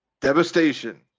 Devastation